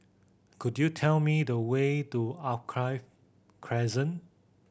could you tell me the way to Alkaff Crescent